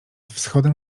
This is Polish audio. wschodem